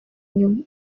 nyuma